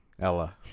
Ella